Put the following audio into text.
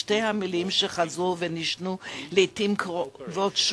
שתי המלים שחזרו ונשנו לעתים קרובות,